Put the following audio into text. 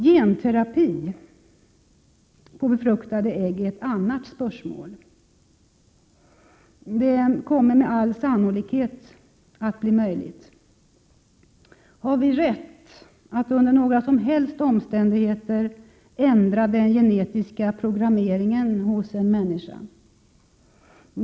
Genterapi på befruktade ägg är ett annat spörsmål. Det kommer med all sannolikhet att bli möjligt. Har vi rätt att under några som helst omständigheter ändra den genetiska programmeringen hos en människa?